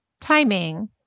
timing